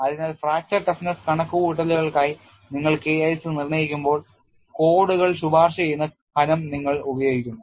അതിനാൽ fracture toughness കണക്കുകൂട്ടലുകൾക്കായി നിങ്ങൾ K IC നിർണ്ണയിക്കുമ്പോൾ കോഡുകൾ ശുപാർശ ചെയ്യുന്ന കനം നിങ്ങൾ ഉപയോഗിക്കുന്നു